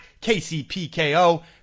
kcpko